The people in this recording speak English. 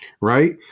right